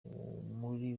muri